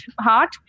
Heart